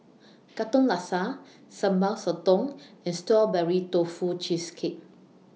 Katong Laksa Sambal Sotong and Strawberry Tofu Cheesecake